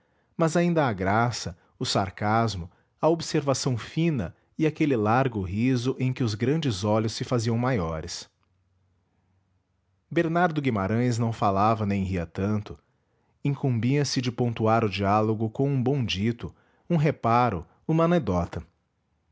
mas ainda a graça o sarcasmo a observação fina e aquele largo riso em que os grandes olhos se faziam maiores bernardo guimarães não falava nem ria tanto incumbia se de pontuar o diálogo com um bom dito um reparo uma